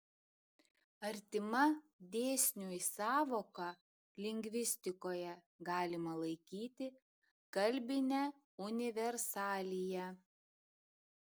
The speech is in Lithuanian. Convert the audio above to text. artima dėsniui sąvoka lingvistikoje galima laikyti kalbinę universaliją